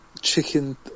chicken